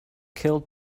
killed